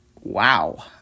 Wow